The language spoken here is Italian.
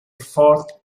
fort